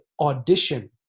Audition